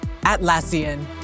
Atlassian